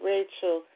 Rachel